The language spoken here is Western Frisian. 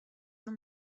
noch